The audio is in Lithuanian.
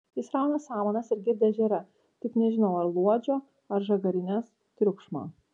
jis rauna samanas ir girdi ežere tik nežinau ar luodžio ar žagarinės triukšmą